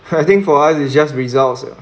I think for us it's just results lah